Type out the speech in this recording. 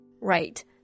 Right